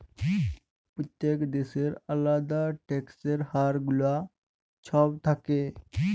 প্যত্তেক দ্যাশের আলেদা ট্যাক্সের হার গুলা ছব থ্যাকে